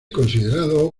considerado